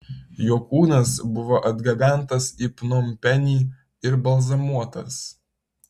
jo kūnas buvo atgabentas į pnompenį ir balzamuotas